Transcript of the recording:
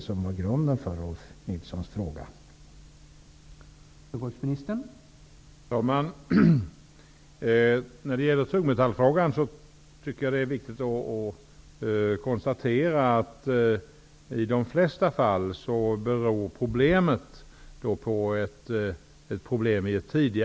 Detta utgör grunden för Rolf L